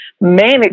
manage